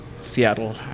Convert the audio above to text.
Seattle